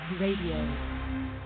Radio